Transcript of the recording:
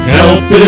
help